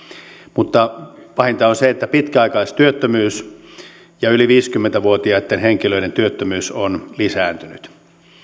mutta pahinta on se että pitkäaikaistyöttömyys ja yli viisikymmentä vuotiaitten henkilöiden työttömyys on lisääntynyt